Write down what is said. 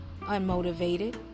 unmotivated